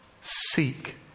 seek